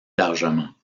largement